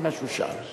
זה מה שהוא שאל.